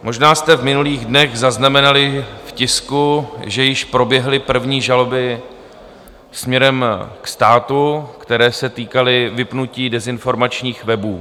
Možná jste v minulých dnech zaznamenali v tisku, že již proběhly první žaloby směrem k státu, které se týkaly vypnutí dezinformačních webů.